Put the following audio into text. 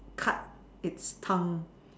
cut its tongue